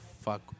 fuck